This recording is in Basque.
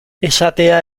esatea